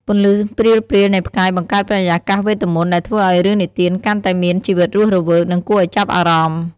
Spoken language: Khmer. ពន្លឺព្រាលៗនៃផ្កាយបង្កើតបរិយាកាសវេទមន្តដែលធ្វើឲ្យរឿងនិទានកាន់តែមានជីវិតរស់រវើក និងគួរឲ្យចាប់អារម្មណ៍ ។